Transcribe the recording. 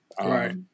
right